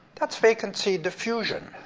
that's vacancy diffusion.